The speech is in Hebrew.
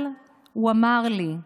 הוא אמר לי: